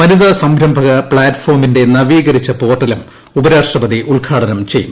വനിതാ സംരംഭക പ്ലാറ്റ്ഫോമിന്റെ നവീകരിച്ച പോർട്ടലും ഉപരാഷ്ട്രപതി ഉദ്ഘാടനം ചെയ്യും